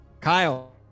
Kyle